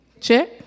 Check